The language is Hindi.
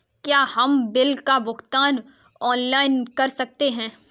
क्या हम बिल का भुगतान ऑनलाइन कर सकते हैं?